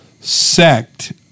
sect